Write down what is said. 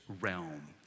realm